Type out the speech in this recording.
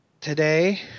Today